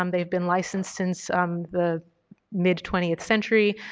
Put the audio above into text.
um they've been licensed since the mid twentieth century.